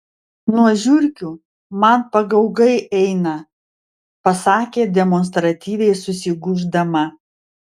nuo žiurkių man pagaugai eina pasakė demonstratyviai susigūždama